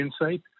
insight